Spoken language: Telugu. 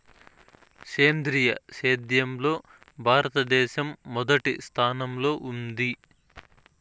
సేంద్రీయ సేద్యంలో భారతదేశం మొదటి స్థానంలో ఉంది